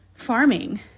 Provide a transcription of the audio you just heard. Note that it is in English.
farming